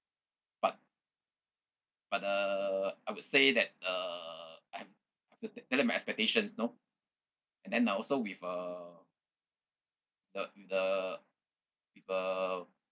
but but uh I would say that uh I've tell them my expectations you know and then I also with uh the the with uh